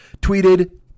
tweeted